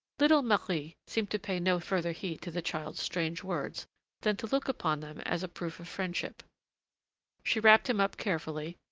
little marie seemed to pay no further heed to the child's strange words than to look upon them as proof of friendship she wrapped him up carefully,